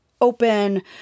open